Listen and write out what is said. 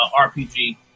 RPG